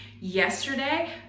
yesterday